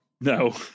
No